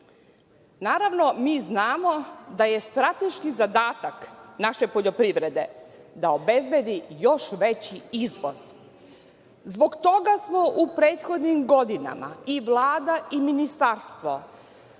Naravno, mi znamo da je strateški zadatak naše poljoprivrede da obezbedi još veći izvoz. Zbog toga smo u prethodnim godinama i Vlada i ministarstvo